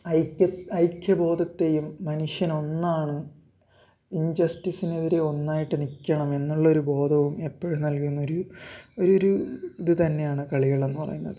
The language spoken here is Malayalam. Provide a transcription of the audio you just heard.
ഐക്യ ഐക്യ ബോധത്തെയും മനുഷ്യന് ഒന്നാണ് ഇന് ജസ്റ്റിസിനെതിരെ ഒന്നായിട്ട് നിൽക്കണം എന്നുള്ള ഒരു ബോധവും എപ്പോഴും നല്കുന്നൊരു ഒരു ഒരു ഇതു തന്നെയാണ് കളികളെന്ന് പറയുന്നത്